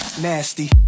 Nasty